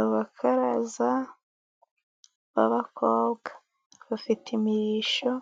Abakaraza b'abakobwa bafite imirishyo